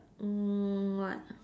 mm what